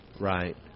Right